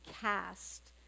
cast